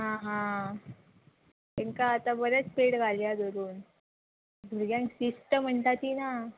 आं हा तांकां आतां बरेंच पेड घालया धरून भुरग्यांक शिस्ट म्हणटा ती ना